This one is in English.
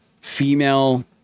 female